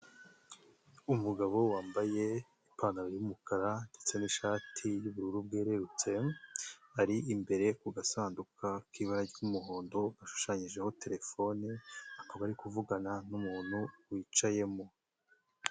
Umugabo wambaye ipantaro y'umukara ndetse n'ishati y'ubururu bwererutse ari imbere ku gasanduku k'ibara ry'umuhondo gashushanyijeho telefone akaba ari kuvugana n'umuntu wicayemo.